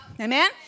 Amen